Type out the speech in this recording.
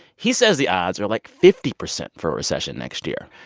he says the odds are, like, fifty percent for a recession next year.